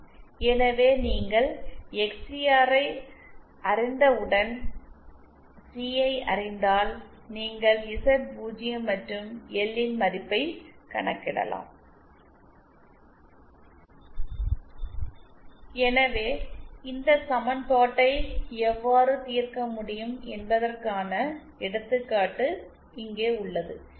எனவே நீங்கள் எக்ஸ்சிஆர் ஐ அறிந்தவுடன் சி ஐ அறிந்தால் நீங்கள் இசட் 0 மற்றும் எல் இன் மதிப்பைக் கணக்கிடலாம் எனவே இந்த சமன்பாட்டை எவ்வாறு தீர்க்க முடியும் என்பதற்கான எடுத்துக்காட்டு இங்கே உள்ளது